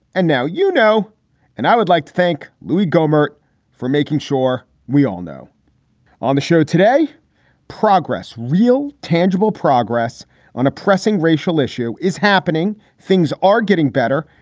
and now you know and i would like to thank louie gohmert for making sure we all know on the show today progress, real, tangible progress on a pressing racial issue is happening. things are getting better.